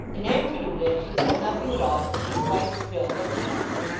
in answer to which, he said nothing at all, but stood quite still, looking at her.